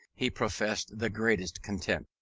he professed the greatest contempt.